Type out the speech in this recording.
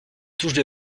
touche